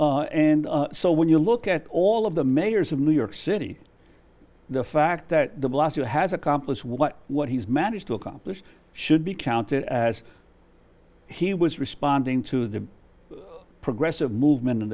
and so when you look at all of the mayors of new york city the fact that the blasio has accomplished what what he's managed to accomplish should be counted as he was responding to the progressive movement